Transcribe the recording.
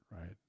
Right